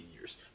years